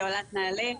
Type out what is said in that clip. היא עולת נעל"ה.